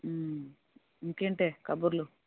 ఇంకేంటే కబుర్లు